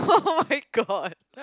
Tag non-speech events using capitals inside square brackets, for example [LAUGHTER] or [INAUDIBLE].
[LAUGHS] [oh]-my-god